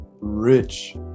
rich